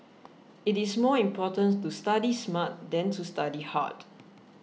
it is more important to study smart than to study hard